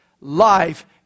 life